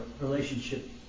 relationship